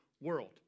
world